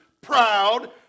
Proud